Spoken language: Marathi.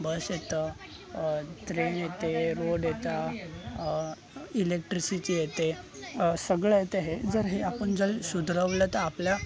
बस येतं त्रेन येते रोड येतात इलेक्ट्रिसिटी येते सगळं येतं हे जर हे आपण जर सुधारलं तर आपल्या